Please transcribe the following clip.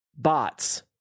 Bots